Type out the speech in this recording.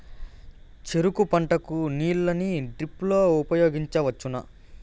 చెరుకు పంట కు నీళ్ళని డ్రిప్ లో ఉపయోగించువచ్చునా?